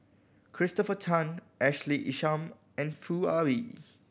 Christopher Tan Ashley Isham and Foo Ah Bee